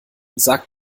sag